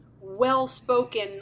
well-spoken